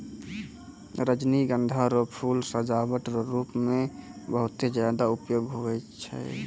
रजनीगंधा रो फूल सजावट रो रूप मे बहुते ज्यादा उपयोग हुवै छै